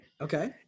okay